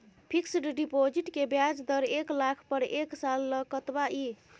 Fixed deposit के ब्याज दर एक लाख पर एक साल ल कतबा इ?